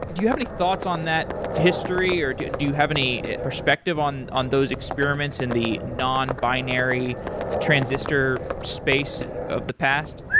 do you have any thoughts on that history or do do you have any perspective on on those experiments in the non-binary transistor space of the past?